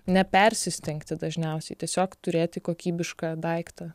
nepersistengti dažniausiai tiesiog turėti kokybišką daiktą